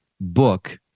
book